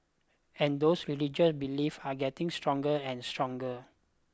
and those belief are getting stronger and stronger